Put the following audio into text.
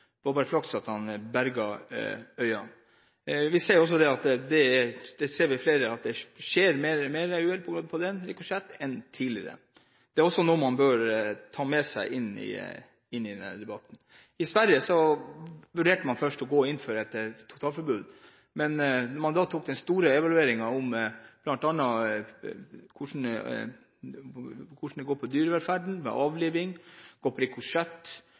var bare flaks at han berget øynene. Flere ser at det skjer flere uhell på grunn av rikosjetter enn tidligere. Det er også noe man bør ta med seg inn i denne debatten. I Sverige vurderte man først å gå inn for et totalforbud. Men så foretok man den store evalueringen av bl.a. det som går på dyrevelferd, på avliving,